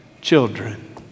children